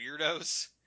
weirdos